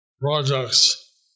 projects